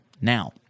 Now